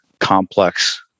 complex